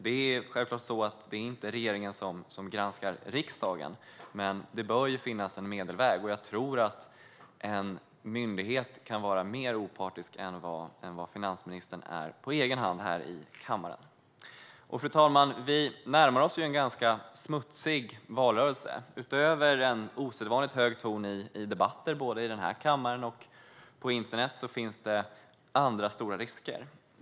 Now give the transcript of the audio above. Det är självklart inte regeringen som granskar riksdagen, men det bör ju finnas en medelväg. Jag tror att en myndighet kan vara mer opartisk än vad finansministern är på egen hand här i kammaren. Fru talman! Vi närmar oss en ganska smutsig valrörelse. Utöver en osedvanligt hög ton i debatter både i kammaren och på internet finns det andra stora risker.